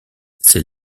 c’est